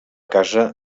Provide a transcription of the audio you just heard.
casa